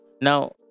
now